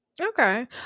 Okay